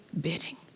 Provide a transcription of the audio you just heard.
bidding